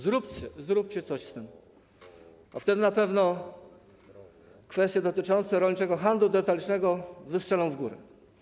Zróbcie coś z tym, a wtedy na pewno kwestie dotyczące rolniczego handlu detalicznego wystrzelą w górę.